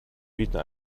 bieten